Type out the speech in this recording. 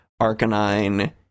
Arcanine